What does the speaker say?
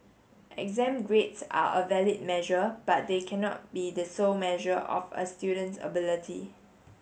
exam grades are a valid measure but they cannot be the sole measure of a student's ability